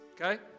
okay